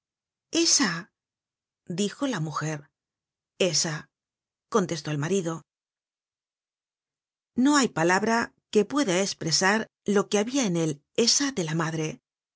esa dijo la mujer esa contestó el marido no hay palabra que pueda espresar lo que habia en el esa de la madre